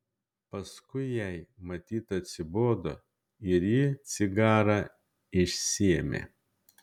paskui jai matyt atsibodo ir ji cigarą išsiėmė